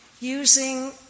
using